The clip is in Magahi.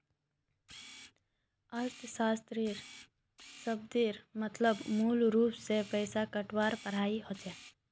अर्थशाश्त्र शब्देर मतलब मूलरूप से पैसा टकार पढ़ाई होचे